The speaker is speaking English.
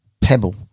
pebble